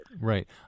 Right